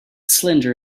cylinder